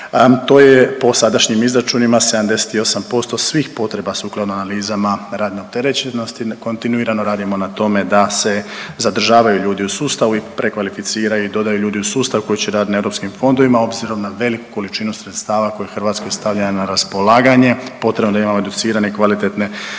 To je po sadašnjim izračunima 78% svih potreba sukladno analizama radne opterećenosti da kontinuirano radimo na tome da se zadržavaju ljudi u sustavu i prekvalificiraju i dodaju ljudi u sustav koji će raditi na europskim fondovima. Obzirom na veliku količinu sredstava koja je Hrvatskoj stavljena na raspolaganje potrebno je da imamo educirane i kvalitetne